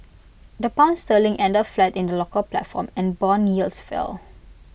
the pound sterling ended flat in the local platform and Bond yields fell